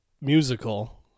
musical